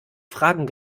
fragen